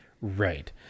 Right